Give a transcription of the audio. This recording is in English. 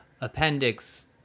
appendix